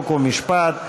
חוק ומשפט,